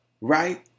right